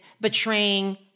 betraying